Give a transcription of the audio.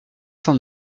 cent